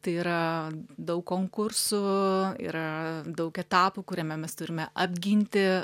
tai yra daug konkursų yra daug etapų kuriame mes turime apginti